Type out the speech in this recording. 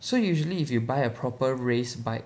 so usually if you buy a proper race bike